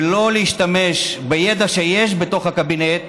ולא להשתמש בידע שיש בתוך הקבינט,